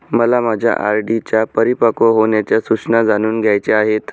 मला माझ्या आर.डी च्या परिपक्व होण्याच्या सूचना जाणून घ्यायच्या आहेत